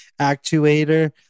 actuator